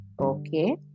Okay